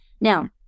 Now